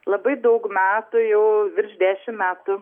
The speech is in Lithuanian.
labai daug metų jau virš dešimt metų